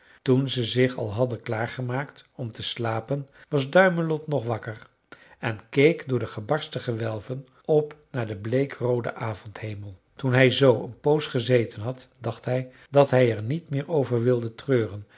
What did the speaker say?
toen ze zich al hadden klaar gemaakt om te slapen was duimelot nog wakker en keek door de gebarsten gewelven op naar den bleekrooden avondhemel toen hij zoo een poos gezeten had dacht hij dat hij er niet meer over wilde treuren